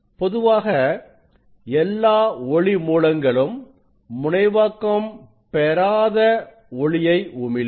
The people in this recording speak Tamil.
பொதுவாக எல்லா ஒளி மூலங்களும் முனைவாக்கம் பெறாத ஒளியை உமிழும்